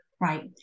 Right